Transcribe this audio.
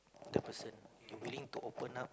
the person you willing to open up